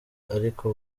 ariko